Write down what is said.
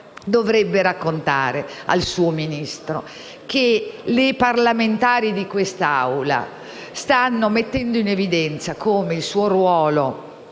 dovrebbe raccontare al suo Ministro che le parlamentari di quest'Assemblea stanno mettendo in evidenza come il suo ruolo